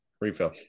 Refill